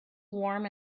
warm